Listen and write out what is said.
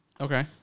Okay